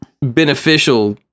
beneficial